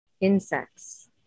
insects